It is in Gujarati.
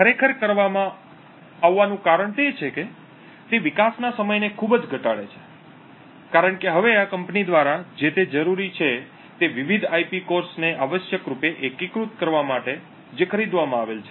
આ ખરેખર કરવામાં આવવાનું કારણ તે છે કે તે વિકાસના સમયને ખૂબ જ ઘટાડે છે કારણ કે હવે આ કંપની દ્વારા જે તે જરૂરી છે તે વિવિધ આઇપી કોરોને આવશ્યક રૂપે એકીકૃત કરવા માટે છે જે ખરીદવામાં આવે છે